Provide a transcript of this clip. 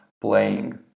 playing